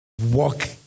Walk